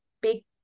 big